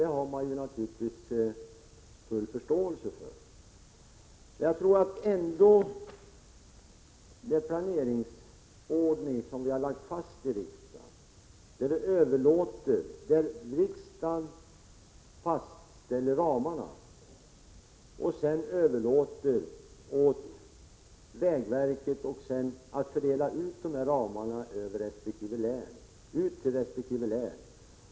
Det har man naturligtvis full förståelse för. Den planeringsordning som riksdagen lagt fast innebär att riksdagen fastställer ramarna och sedan överlåter åt vägverket att fördela ramarna till resp. län.